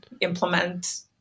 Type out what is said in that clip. implement